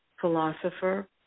philosopher